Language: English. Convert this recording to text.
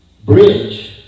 Bridge